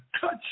touch